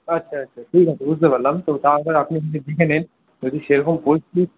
আচ্ছা আচ্ছা ঠিক আছে বুঝতে পারলাম তো তাও আপনি একবার দেখে নিন যদি সে রকম পরিস্থিতি